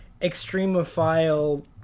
extremophile